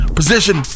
position